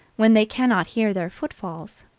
when they can not hear their footfalls.